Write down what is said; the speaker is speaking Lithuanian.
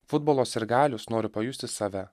futbolo sirgalius nori pajusti save